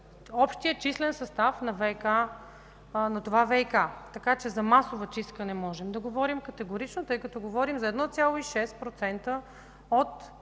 общия числен състав на това ВиК. Така че за масова чистка не можем да говорим категорично, тъй като говорим за 1,6% от